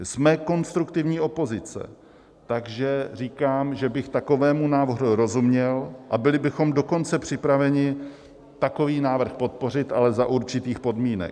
Jsme konstruktivní opozice, takže říkám, že bych takovému návrhu rozuměl, a byli bychom dokonce připraveni takový návrh podpořit, ale za určitých podmínek.